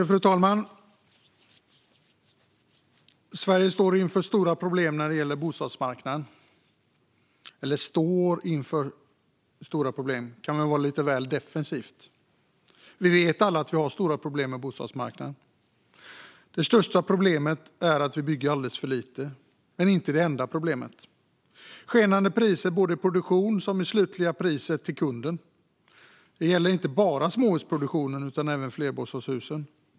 Fru talman! Sverige står inför stora problem när det gäller bostadsmarknaden. Eller "står inför stora problem" kan väl vara lite väl defensivt, för vi vet alla att vi har stora problem med bostadsmarknaden. Det största problemet är att vi bygger alldeles för lite, men det är inte det enda problemet. Skenande priser i produktionen liksom i det slutliga priset för kunden gäller inte bara småhusproduktionen utan även flerbostadshusen.